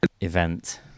event